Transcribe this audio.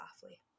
softly